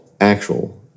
actual